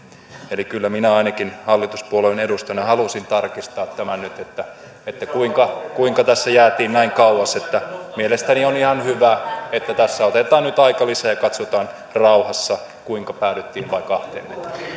eli kyllä minä ainakin hallituspuolueen edustajana halusin tarkistaa tämän nyt kuinka kuinka tässä jäätiin näin kauas mielestäni on ihan hyvä että tässä otetaan nyt aikalisä ja katsotaan rauhassa kuinka päädyttiin vain kahteen